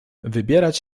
wybierać